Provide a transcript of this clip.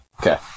Okay